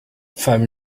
femme